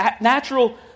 natural